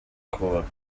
kubaka